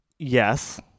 Yes